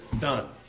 Done